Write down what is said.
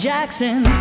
Jackson